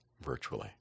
virtually